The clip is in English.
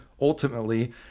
ultimately